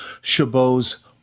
Chabot's